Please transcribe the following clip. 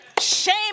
Shame